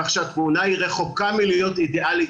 כך שהפעולה היא רחוקה מלהיות אידיאלית